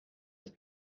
het